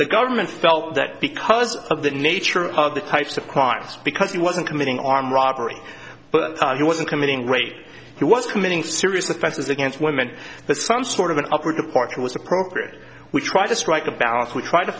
the government felt that because of the nature of the types of crimes because he wasn't committing arm robbery but he wasn't committing rape he was committing serious offenses against women that some sort of an upward departure was appropriate we try to strike a balance we try to